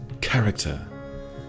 Character